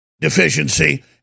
deficiency